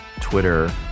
Twitter